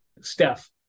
Steph